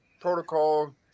protocol